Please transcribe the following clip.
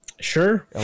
Sure